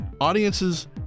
Audiences